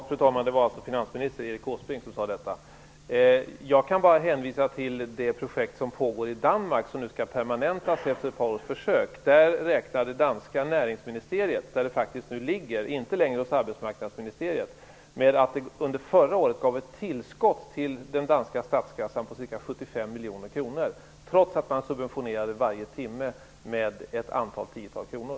Fru talman! Det var alltså finansminister Erik Åsbrink som sade detta. Jag kan bara hänvisa till det projekt som pågår i Danmark och som nu skall permanentas efter ett par års försök. Det danska näringsministeriet - det ligger inte längre hos det danska arbetsmarknadsministeriet - räknar med att detta under förra året gav ett tillskott till den danska statskassan på ca 75 miljoner kronor, trots att man subventionerade varje timme med ett antal tiotal kronor.